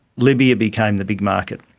libya became the big market,